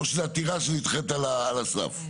או שזו עתירה שנדחית על הסף?